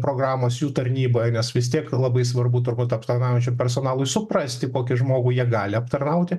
programos jų tarnyboje nes vis tiek labai svarbu turbūt aptarnaujančiam personalui suprasti kokį žmogų jie gali aptarnauti